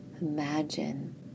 Imagine